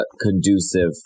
conducive